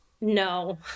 No